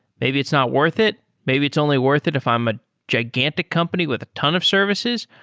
maybe it's not worth it. maybe it's only worth it if i'm a gigantic company with a ton of services.